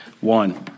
one